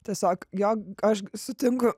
tiesiog jog aš sutinku